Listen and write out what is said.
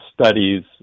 studies